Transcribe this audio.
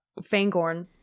Fangorn